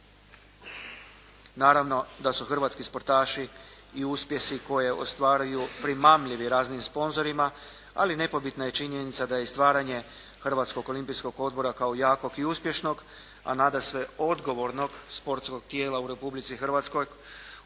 Naravno da su hrvatski sportaši i uspjesi koje ostvaruju primamljivi raznim sponzorima, ali nepobitna je činjenica da je stvaranje Hrvatskog olimpijskog odbora kao jakog i uspješnog, a nadasve odgovornog sportskog tijela u Republici Hrvatskoj